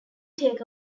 take